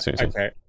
Okay